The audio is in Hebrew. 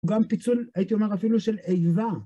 גם פיצול, הייתי אומר אפילו של איבה.